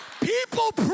People